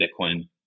Bitcoin